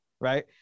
right